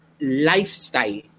lifestyle